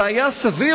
זה היה סביר,